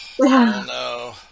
no